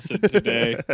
today